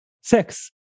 sex